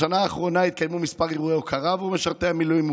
בשנה האחרונה התקיימו כמה אירועי הוקרה עבור משרתי המילואים,